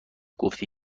گفتی